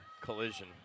collision